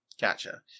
Gotcha